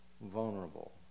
vulnerable